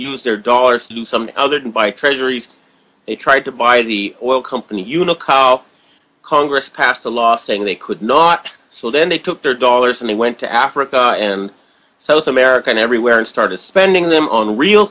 use their dollars to do something other than buy treasuries they tried to buy the oil company unocal congress passed a law saying they could not so then they took their dollars and they went to africa and south america and everywhere and started spending them on real